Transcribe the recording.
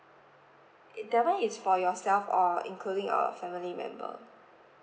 err that one is for yourself or including of family member